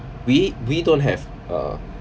we we don't have a